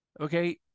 Okay